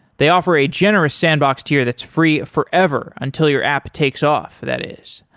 they offer a generous sandbox to you that's free forever until your app takes off, that is.